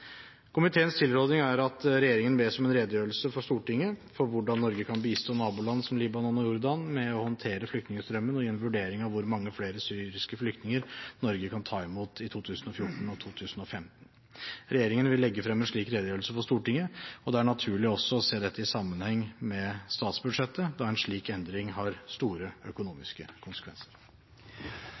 Komiteens tilråding er at regjeringen bes om en redegjørelse for Stortinget for hvordan Norge kan bistå naboland som Libanon og Jordan med å håndtere flyktningestrømmen, og gi en vurdering av hvor mange flere syriske flyktninger Norge kan ta imot i 2014 og 2015. Regjeringen vil legge frem en slik redegjørelse for Stortinget, og det er naturlig også å se dette i sammenheng med statsbudsjettet, da en slik endring har store økonomiske konsekvenser.